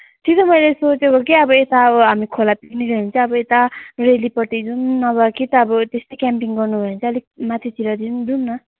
त्यही त मैले सोचेको के अब यता अब खोला पिकनिक गयो भने चाहिँ अब यता रेलीपट्टि जाउँ नभए कि त अब त्यस्तै क्याम्पिङ गर्ने हो भने चाहिँ अब अलिक माथितिर जाउँ न